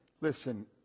listen